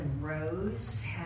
Rose